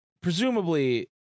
presumably